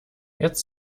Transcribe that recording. jetzt